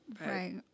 Right